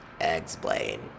Explain